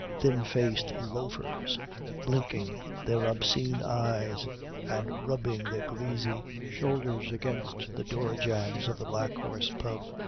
thin-faced loafers blinking their obscene eyes and rubbing their greasy shoulders against the door-jambs of the black horse pub,